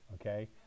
okay